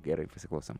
gerai pasiklausom